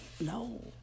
No